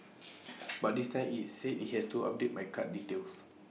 but this time IT said IT has to update my card details